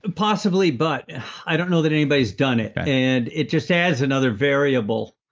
possibly, but i don't know that anybody has done it. and it just adds another variable.